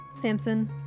Samson